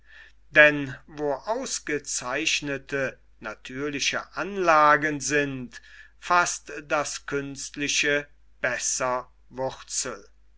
denn wo ausgezeichnete natürliche anlagen sind faßt das künstliche besser wurzel